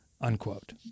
Unquote